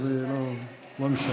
אז זה לא משנה.